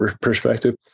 perspective